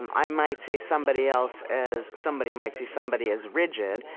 um i might see somebody else as somebody might see somebody as rigid,